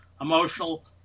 emotional